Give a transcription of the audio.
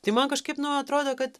tai man kažkaip nu atrodo kad